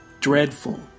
Dreadful